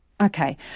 Okay